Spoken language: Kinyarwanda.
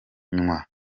bavuga